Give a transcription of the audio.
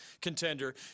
contender